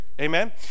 Amen